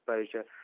exposure